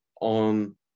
on